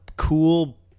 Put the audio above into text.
Cool